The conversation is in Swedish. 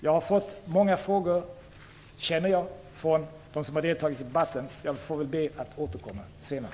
Jag har fått många frågor från de talare som har deltagit i debatten. Jag ber att få återkomma senare.